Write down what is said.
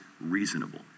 reasonable